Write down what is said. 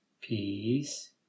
Peace